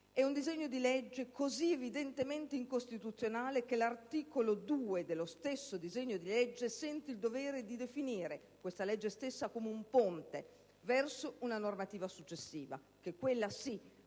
È un disegno di legge così evidentemente incostituzionale che l'articolo 2 dello stesso sente il dovere di definire questa legge come un ponte verso una normativa successiva, che prenderà